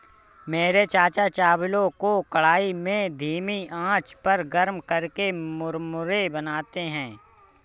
मेरे चाचा चावलों को कढ़ाई में धीमी आंच पर गर्म करके मुरमुरे बनाते हैं